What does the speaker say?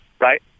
right